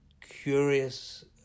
curious